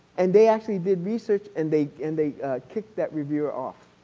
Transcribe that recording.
and they actually did research and they and they kicked that reviewer off.